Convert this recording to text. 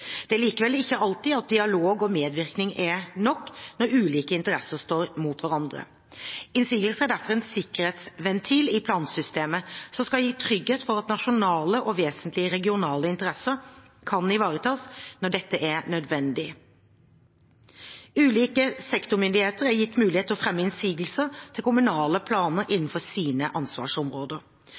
Det er likevel ikke alltid dialog og medvirkning er nok når ulike interesser står mot hverandre. Innsigelser er derfor en sikkerhetsventil i plansystemet, som skal gi trygghet for at nasjonale og vesentlige regionale interesser kan ivaretas når dette er nødvendig. Ulike sektormyndigheter er gitt mulighet til å fremme innsigelse til kommunale planer innenfor sine ansvarsområder.